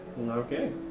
Okay